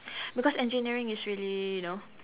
because engineering is really you know